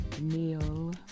Neil